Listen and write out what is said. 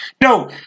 No